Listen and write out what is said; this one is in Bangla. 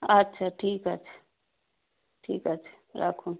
আচ্ছা ঠিক আছে ঠিক আছে রাখুন